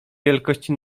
wielkości